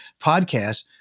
podcast